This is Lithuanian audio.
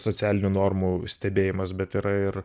socialinių normų stebėjimas bet yra ir